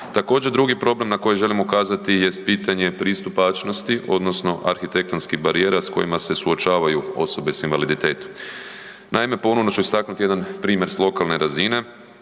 Također, drugi problem na koji želim ukazati jest pitanje pristupačnosti odnosno arhitektonskih barijera s kojima se suočavaju osobe s invaliditetom. Naime, ponovno ću istaknuti jedan primjer s lokalne razine,